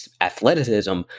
athleticism